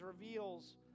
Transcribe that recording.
reveals